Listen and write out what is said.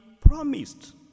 promised